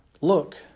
look